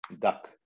Duck